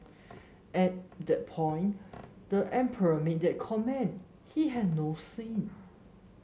at the point the emperor made that comment he had no sin